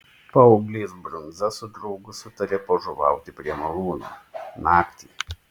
paauglys brundza su draugu sutarė pažuvauti prie malūno naktį